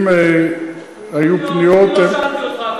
אם היו פניות, הן, לא שאלתי אותך.